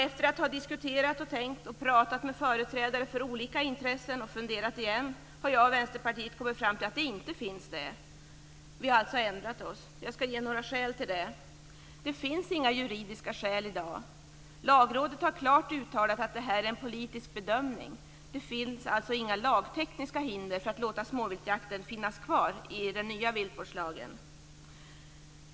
Efter att ha diskuterat, tänkt och pratat med företrädare för olika intressen och funderat igen har jag och Vänsterpartiet kommit fram till att det inte finns det. Vi har alltså ändrat oss. Jag ska ge några skäl till det. Det finns inga juridiska skäl i dag. Lagrådet har klart uttalat att det här är en politisk bedömning. Det finns alltså inga lagtekniska hinder för att låta småviltsjakten finnas kvar i den nya viltvårdslagen.